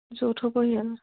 যৌথ পৰিয়াল